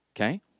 okay